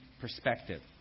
perspective